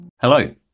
Hello